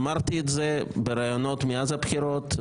אמרתי את זה בראיונות מאז הבחירות,